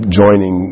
joining